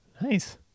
nice